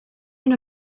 hyn